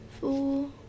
four